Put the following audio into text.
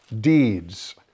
deeds